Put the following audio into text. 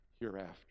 hereafter